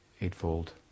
eightfold